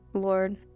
Lord